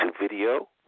video